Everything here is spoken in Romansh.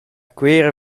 cuera